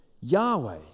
Yahweh